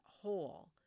hole